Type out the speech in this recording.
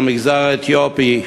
על המגזר האתיופי?